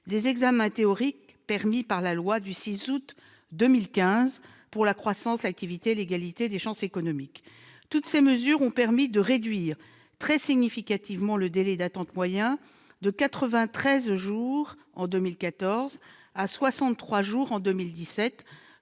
des examens théoriques autorisée par la loi du 6 août 2015 pour la croissance, l'activité et l'égalité des chances économiques. Toutes ces mesures ont permis de réduire très significativement le délai moyen d'attente de 93 jours en 2014 à 63 jours en 2017,